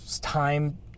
time